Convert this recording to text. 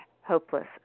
hopeless